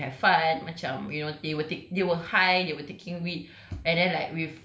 jennifer still wanted to have fun macam you know they were tak~ they were high they were taking weed